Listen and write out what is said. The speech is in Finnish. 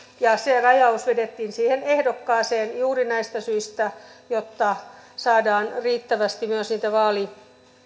se rajaus vedettiin siihen ehdokkaaseen juuri näistä syistä jotta saadaan riittävästi myös niitä